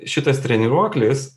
šitas treniruoklis